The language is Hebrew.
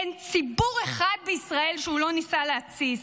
אין ציבור אחד בישראל שהוא לא ניסה להתסיס.